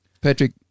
Patrick